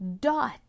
dot